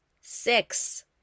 Six